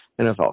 NFL